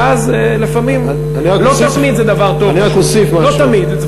ואז לפעמים, לא תמיד זה דבר טוב, לא תמיד.